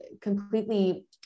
completely